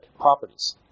properties